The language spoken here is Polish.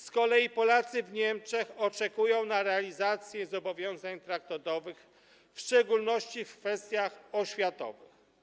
Z kolei Polacy w Niemczech oczekują na realizację zobowiązań traktatowych, w szczególności w kwestiach oświatowych.